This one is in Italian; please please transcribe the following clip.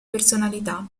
personalità